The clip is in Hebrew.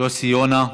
יוסי יונה.